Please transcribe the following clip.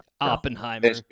Oppenheimer